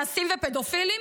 אנסים ופדופילים,